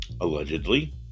allegedly